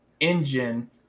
engine